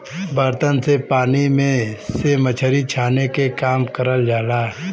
बर्तन से पानी में से मछरी छाने के काम करल जाला